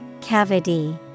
Cavity